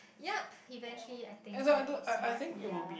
yup eventually I think that is what ya